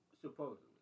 Supposedly